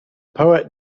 poet